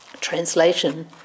translation